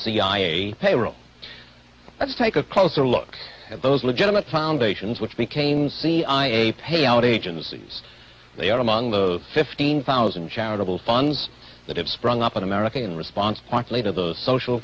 cia payroll let's take a closer look at those legitimate foundations which became c i a payout agencies they are among the fifteen thousand charitable funds that have sprung up in america in response points later those social